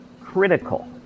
critical